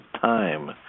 time